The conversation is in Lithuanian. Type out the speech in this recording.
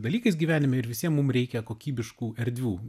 dalykais gyvenime ir visiem mum reikia kokybiškų erdvių